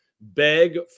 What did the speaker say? beg